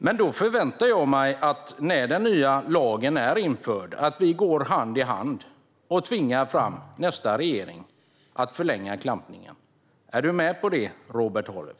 Men när den nya lagen är införd förväntar jag mig att vi går hand i hand och tvingar nästa regering att förlänga klampningen. Är du med på det, Robert Halef?